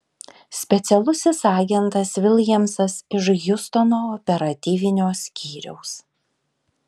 specialusis agentas viljamsas iš hjustono operatyvinio skyriaus